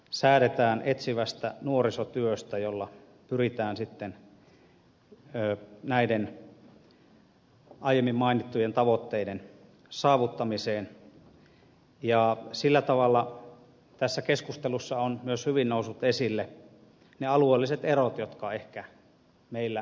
säädetään etsivästä nuorisotyöstä jolla pyritään sitten näiden aiemmin mainittujen tavoitteiden saavuttamiseen ja sillä tavalla tässä keskustelussa ovat myös hyvin nousseet esille ne alueelliset erot jotka ehkä meillä täällä on